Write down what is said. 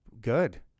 good